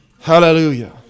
Hallelujah